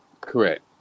Correct